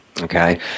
okay